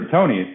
Tony